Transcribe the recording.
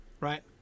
right